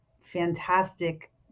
fantastic